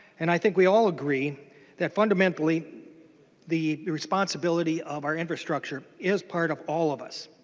and i think we all agree that fundamentally the responsibility of our infrastructure is part of all of us.